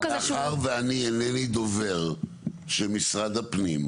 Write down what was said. כזה ש --- מאחר שאני אינני דובר של משרד הפנים,